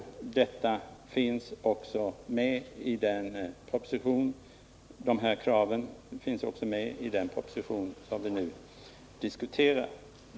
De här kraven finns också med i den proposition som vi nu diskuterar.